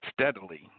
steadily